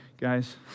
guys